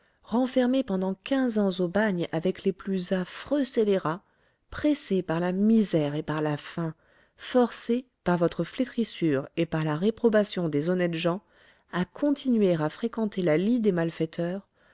renfermé pendant quinze ans au bagne avec les plus affreux scélérats pressé par la misère et par la faim forcé par votre flétrissure et par la réprobation des honnêtes gens à continuer à fréquenter la lie des malfaiteurs